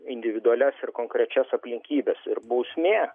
individualias ir konkrečias aplinkybes ir bausmė